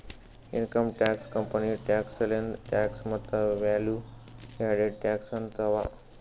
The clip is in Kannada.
income tax, company tax, sales tax ಮತ್ತ ವ್ಯಾಲೂ ಯಾಡೆಡ್ ಟ್ಯಾಕ್ಸ್ ಅಂತ್ ಅವಾ